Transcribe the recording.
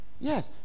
yes